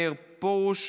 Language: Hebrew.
מאיר פרוש,